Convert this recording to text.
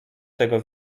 tego